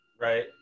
Right